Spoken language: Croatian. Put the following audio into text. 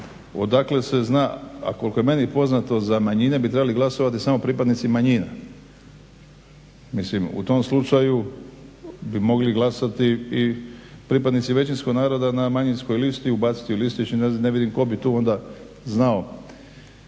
odakle se zna, a koliko je meni poznao za manjine bi trebali glasovati samo pripadnici manjina. Mislim u tom slučaju bi mogli glasati i pripadnici većinskog naroda na manjinskoj listi, ubaciti listić i ne vidim tko bi tu onda znao.